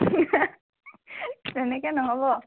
তেনেকৈ নহ'ব